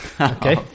Okay